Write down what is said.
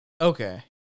Okay